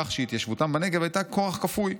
כך שהתיישבותם בנגב הייתה כורח כפוי.